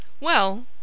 Well